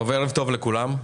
ערב טוב לכולם.